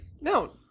No